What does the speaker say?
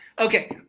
Okay